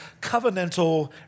covenantal